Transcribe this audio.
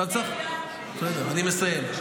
אני מסיים.